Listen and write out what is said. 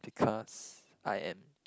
because I am